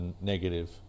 negative